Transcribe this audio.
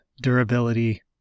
durability